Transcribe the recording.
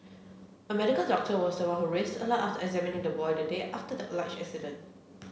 a medical doctor was one who raised the alarm after examining the boy the day after the alleged incident